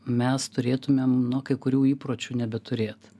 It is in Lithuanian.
mes turėtumėm nu kai kurių įpročių nebeturėt